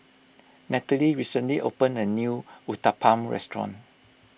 Nathalie recently opened a new Uthapam restaurant